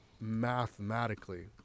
Mathematically